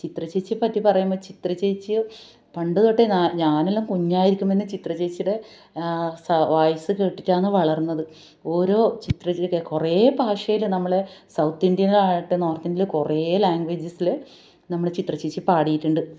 ചിത്രച്ചേച്ചിയെ പറ്റി പറയുമ്പോൾ ചിത്രചേച്ചിയെ പണ്ടു തൊട്ടേ ഞാനെല്ലാം കുഞ്ഞായിരിക്കുമ്പോൾ തന്നെ ചിത്ര ചേച്ചിടെ ആ സ വോയ്സ് കേട്ടിട്ടാണ് വളർന്നത് ഓരോ ചിത്രചെ കുറെ ഭാഷയില് നമ്മളുടെ സൗത്ത് ഇന്ത്യയിലാകട്ടെ നോർത്ത് ഇന്ത്യല് കുറെ ലാങ്ങ്ഗേജ്സില് നമ്മളുടെ ചിത്രചേച്ചി പാടിയിട്ടുണ്ട്